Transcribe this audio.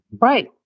Right